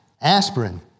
aspirin